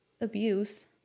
abuse